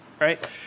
right